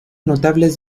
notables